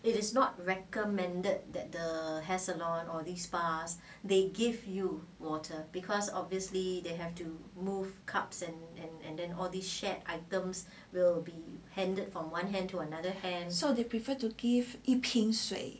so they prefer to give 一瓶水